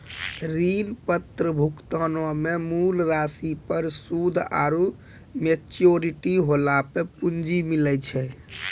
ऋण पत्र भुगतानो मे मूल राशि पर सूद आरु मेच्योरिटी होला पे पूंजी मिलै छै